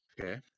Okay